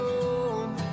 home